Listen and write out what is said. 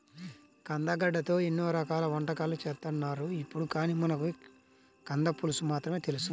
కందగడ్డతో ఎన్నో రకాల వంటకాలు చేత్తన్నారు ఇప్పుడు, కానీ మనకు కంద పులుసు మాత్రమే తెలుసు